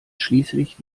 schließlich